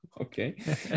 Okay